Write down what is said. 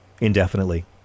indefinitely